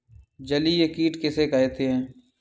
जलीय कीट किसे कहते हैं?